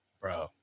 bro